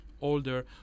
older